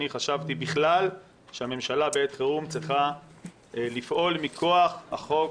אני חשבתי בכלל שהממשלה בעת חירום צריכה לפעול מכוח החוק,